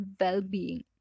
well-being